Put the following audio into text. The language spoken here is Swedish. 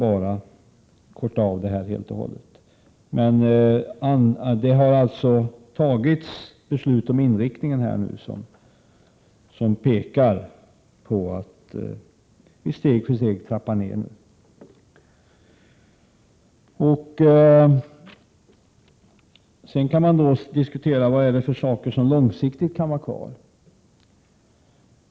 Beslut har också fattats om den inriktning som innebär att vi steg för steg trappar ned stödet till tekoindustrin. Man kan sedan diskutera vad som långsiktigt kan vara kvar.